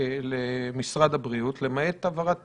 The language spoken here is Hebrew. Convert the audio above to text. למעט העברת